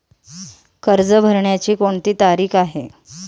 कर्ज भरण्याची कोणती तारीख आहे?